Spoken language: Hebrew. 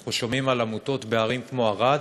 אנחנו שומעים על עמותות בערים כמו ערד